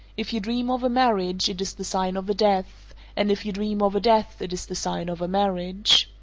if you dream of a marriage, it is the sign of a death and if you dream of a death, it is the sign of a marriage.